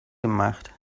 gemacht